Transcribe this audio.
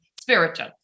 spiritual